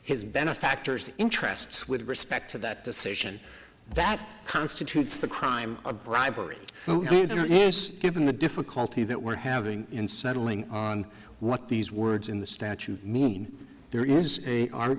his benefactors interests with respect to that decision that constitutes the crime of bribery given the difficulty that we're having in settling on what these words in the statute mean there is a ar